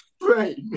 right